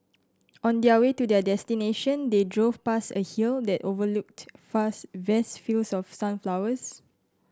on their way to their destination they drove past a hill that overlooked fast vast fields of sunflowers